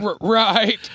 Right